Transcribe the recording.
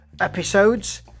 Episodes